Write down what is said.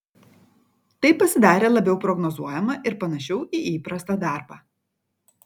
tai pasidarė labiau prognozuojama ir panašiau į įprastą darbą